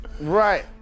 Right